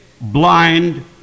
blind